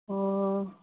ꯑꯣ